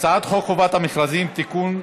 הצעת חוק חובת המכרזים (תיקון,